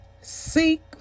Seek